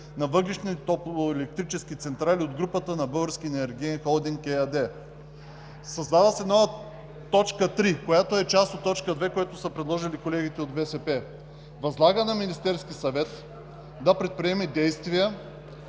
на въглищни и топлоелектрически централи от групата на „Българския енергиен холдинг“ ЕАД.“ Създава се нова т. 3, която е част от т. 2 на това, което са предложили колегите от БСП: „3. Възлага на Министерския съвет да предприеме действия